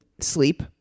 sleep